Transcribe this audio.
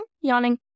yawning